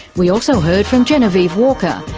we also heard from genevieve walker,